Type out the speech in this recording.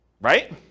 right